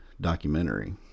documentary